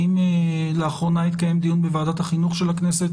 האם לאחרונה התקיים דיון בוועדת החינוך של הכנסת